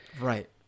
right